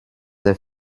der